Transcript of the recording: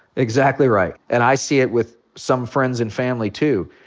exactly right. and i see it with some friends and family, too,